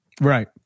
Right